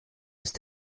ist